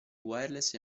wireless